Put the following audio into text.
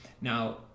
now